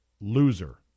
loser